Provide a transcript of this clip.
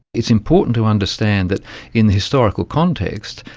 it's important to understand that in the historical context,